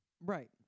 Right